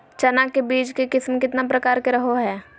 चना के बीज के किस्म कितना प्रकार के रहो हय?